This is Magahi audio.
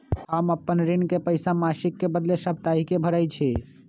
हम अपन ऋण के पइसा मासिक के बदले साप्ताहिके भरई छी